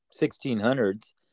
1600s